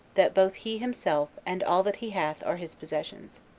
that both he himself and all that he hath are his possessions.